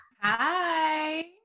Hi